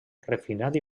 refinat